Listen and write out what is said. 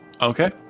Okay